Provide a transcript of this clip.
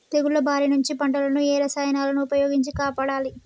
తెగుళ్ల బారి నుంచి పంటలను ఏ రసాయనాలను ఉపయోగించి కాపాడాలి?